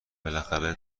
بالاخره